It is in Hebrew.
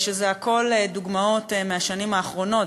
שזה הכול דוגמאות מהשנים האחרונות,